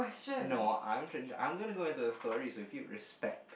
no I'm trying I'm going to go into the stories so if you would respect